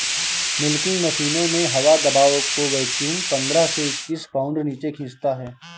milking मशीनों में हवा दबाव को वैक्यूम पंद्रह से इक्कीस पाउंड नीचे खींचता है